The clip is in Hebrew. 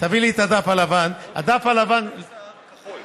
תגיד לי תשובה והצבעה במועד אחר על החלק שלך.